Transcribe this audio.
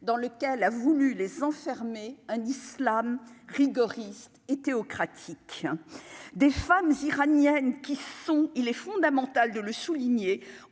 dans lequel a voulu les enfermer un Islam rigoriste. Et théocratique des femmes iraniennes qui sont, il est fondamental de le souligner